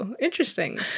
interesting